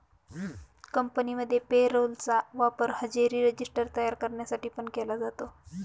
कंपनीमध्ये payroll चा वापर हजेरी रजिस्टर तयार करण्यासाठी पण केला जातो